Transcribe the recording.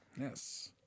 yes